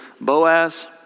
Boaz